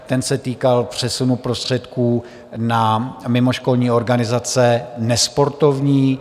Ten se týkal přesunu prostředků na mimoškolní organizace nesportovní.